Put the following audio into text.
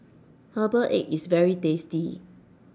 Herbal Egg IS very tasty